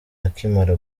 akimara